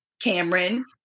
Cameron